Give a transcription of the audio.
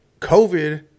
COVID